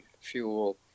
fuel